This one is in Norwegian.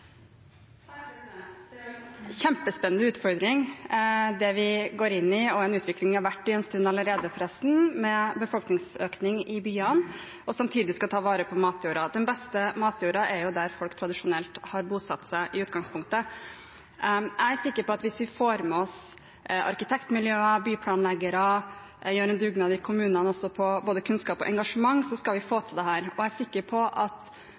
en kjempespennende utfordring vi går inn i – en utvikling vi forresten har vært i en stund allerede – med befolkningsøkning i byene og samtidig å skulle ta vare på matjorda. Den beste matjorda er jo der folk tradisjonelt har bosatt seg i utgangspunktet. Jeg er sikker på at hvis vi får med oss arkitektmiljøer, byplanleggere, og gjør en dugnad i kommunene på både kunnskap og engasjement, skal vi få til dette. Jeg er sikker på at